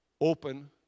open